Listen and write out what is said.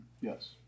Yes